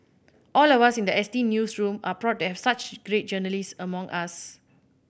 all of us in the S T newsroom are proud to have such great journalists among us